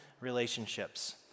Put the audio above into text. relationships